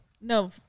No